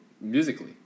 Musically